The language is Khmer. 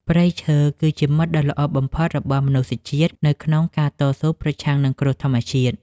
ព្រៃឈើ គឺជាមិត្តដ៏ល្អបំផុតរបស់មនុស្សជាតិនៅក្នុងការតស៊ូប្រឆាំងនឹងគ្រោះធម្មជាតិ។